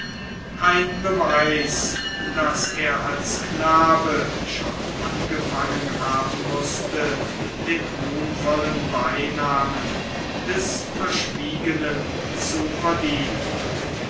ein beweis daß er als knabe schon angefangen haben mußte den ruhmvollen beinamen des verschwiegenen zu verdienen